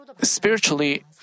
Spiritually